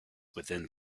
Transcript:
within